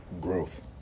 Growth